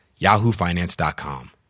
yahoofinance.com